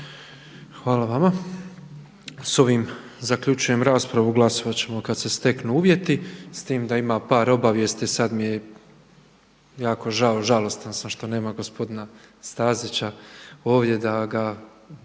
Hvala vama. S ovim zaključujem raspravu. Glasovat ćemo kada se steknu uvjeti, s tim da ima par obavijesti, sada mi je jako žao, žalostan sam što nema gospodina Stazića ovdje da ga